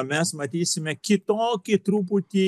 mes matysime kitokį truputį